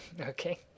Okay